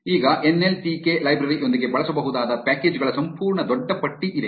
ಈಗ N L T K library ಯೊಂದಿಗೆ ಬಳಸಬಹುದಾದ ಪ್ಯಾಕೇಜ್ ಗಳ ಸಂಪೂರ್ಣ ದೊಡ್ಡ ಪಟ್ಟಿ ಇದೆ